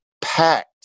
packed